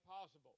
possible